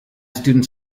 students